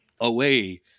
away